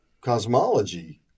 cosmology